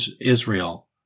Israel